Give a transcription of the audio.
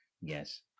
yes